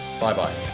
Bye-bye